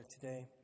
today